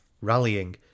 Rallying